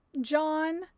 John